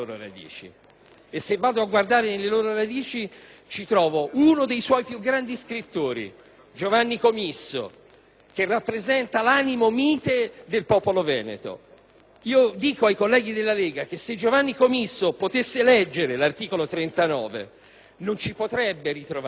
che rappresenta l'animo mite del popolo Veneto. Io dico ai colleghi della Lega che se Giovanni Comisso potesse leggere l'articolo 39 di questo disegno di legge non ci si potrebbe ritrovare e avrebbe gravi difficoltà a ritrovarci il senso del popolo che è nato e vissuto nella dolce campagna veneta.